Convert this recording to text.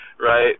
right